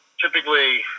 typically